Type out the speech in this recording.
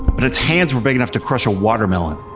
but its hands were big enough to crush a watermelon.